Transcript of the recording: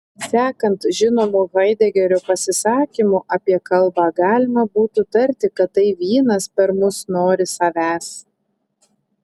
sekant žinomu haidegerio pasisakymu apie kalbą galima būtų tarti kad tai vynas per mus nori savęs